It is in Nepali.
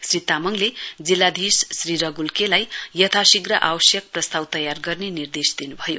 श्री तामाङले जिल्लाधीश श्री रघुल के लाई यथाशीघ्र आवश्यक प्रस्ताव तयार गर्ने निर्देश दिनु भयो